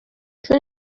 چون